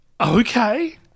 Okay